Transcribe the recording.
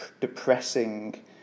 depressing